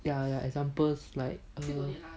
ya ya examples like